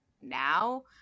now